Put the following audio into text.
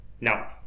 Now